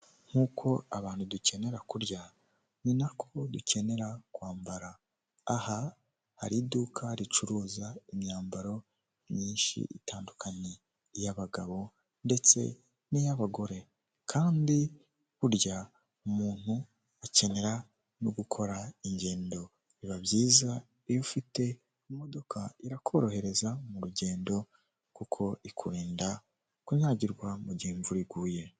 Nk'uko abantu dukenera kurya ni nako dukenera kwambara, aha hari iduka ricuruza imyambaro myinshi itandukanye, iy'abagabo ndetse n'iy'abagore kandi burya umuntu akenera no gukora ingendo biba byiza iyo ufite imodoka irakorohereza mu rugendo kuko ikurinda kunyagirwa mu gihe imvura iguye.